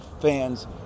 fans